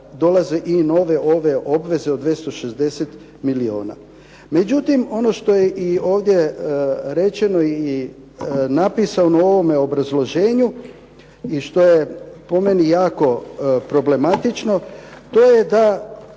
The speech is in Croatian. dolaze i nove ove obveze od 260 milijuna. Međutim, ono što je i ovdje rečeno i napisano u ovome obrazloženju i što je po meni jako problematično, to je da